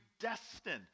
destined